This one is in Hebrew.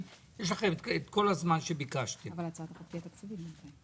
אבל הצעת החוק תהיה תקציבית.